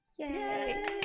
Yay